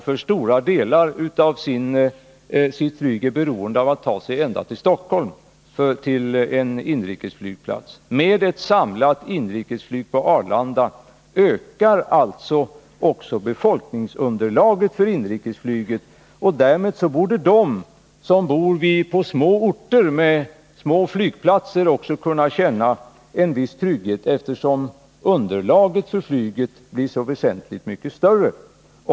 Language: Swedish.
I dag är man beroende av att ta sig ända till Stockholm för att komma till närmaste inrikesflygplats. Med ett samlat inrikesflyg på Arlanda ökar alltså också befolkningsunderlaget för inrikesflyget. Om vi får ett samlat inrikesflyg på Arlanda också borde de som bor på små orter med små flygplatser kunna känna en viss trygghet, eftersom underlaget för flyget blir så väsentligt mycket större.